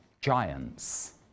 giants